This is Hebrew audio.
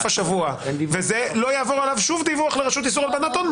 לא יעבור עליו שום דיווח לרשות איסור הלבנת הון,